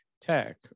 tech